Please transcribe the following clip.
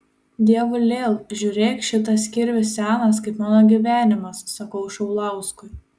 dievulėl žiūrėk šitas kirvis senas kaip mano gyvenimas sakau šaulauskui